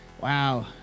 Wow